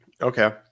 Okay